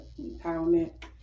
empowerment